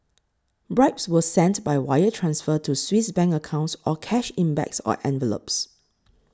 bribes were sent by wire transfer to Swiss Bank accounts or cash in bags or envelopes